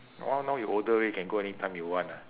orh now you older already can go anytime you want ah